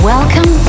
Welcome